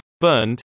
Burned